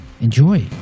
Enjoy